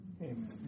Amen